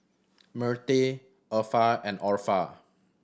Myrtie Effa and Orpha